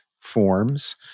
forms